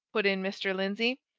put in mr. lindsey,